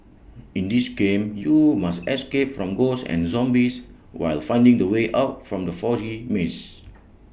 in this game you must escape from ghosts and zombies while finding the way out from the foggy maze